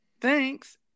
Thanks